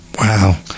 Wow